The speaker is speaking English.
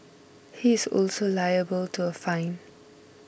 he is also liable to a fine